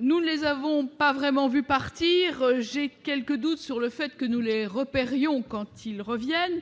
nous les avons pas vraiment vu partir, j'ai quelques doutes sur le fait que nous, les repères rayons quand ils reviennent,